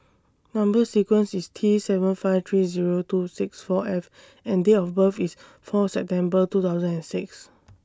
Number sequence IS T seven five three Zero two six four F and Date of birth IS four September two thousand and six